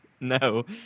no